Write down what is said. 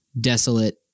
desolate